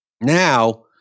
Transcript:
Now